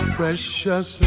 precious